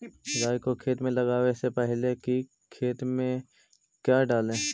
राई को खेत मे लगाबे से पहले कि खेत मे क्या डाले?